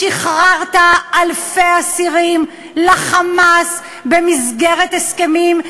שחררת אלפי אסירים מה"חמאס" במסגרת הסכמים,